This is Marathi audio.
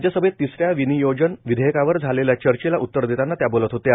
राज्यसभेत तिसऱ्या विनियोजन विधेयकावर झालेल्या चर्चेला उतर देताना त्या बोलत होत्या